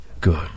good